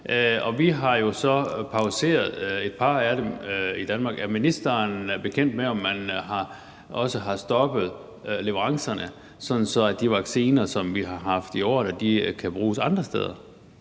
jo så pauseret et par af dem i Danmark. Er ministeren bekendt med, om man også har stoppet leverancerne, sådan at de vacciner, som vi har haft i ordre, kan bruges andre steder?